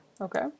Okay